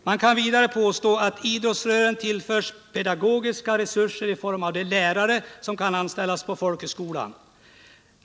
”Man kan vidare påstå att idrottsrörelsen tillförs pedagogiska resurser i form av de lärare som kan anställas på folkhögskolan.